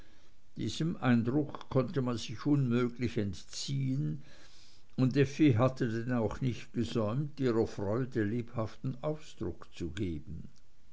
diesem eindruck konnte man sich unmöglich entziehen und effi hatte denn auch nicht gesäumt ihrer freude lebhaften ausdruck zu geben